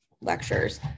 lectures